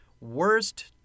Worst